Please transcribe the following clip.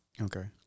Okay